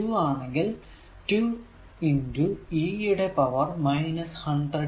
2 e യുടെ power 100 t